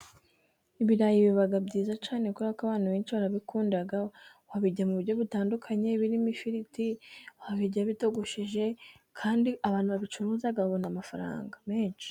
Ibirayi biba byiza cyane kubera ko abantu benshi barabikunda, wabijya mu buryo butandukanye birimo ifiriti, wabirya bitogosheje, kandi abantu babicuruza babona amafaranga menshi.